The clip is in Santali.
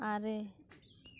ᱟᱨᱮ